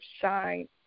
shine